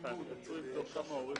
ננעלה